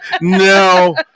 No